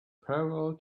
parallel